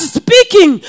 speaking